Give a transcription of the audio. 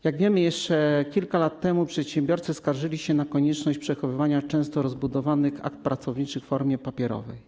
Jak wiemy, jeszcze kilka lat temu przedsiębiorcy skarżyli się na konieczność przechowywania często obszernych akt pracowniczych w formie papierowej.